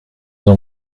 dans